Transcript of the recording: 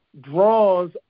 draws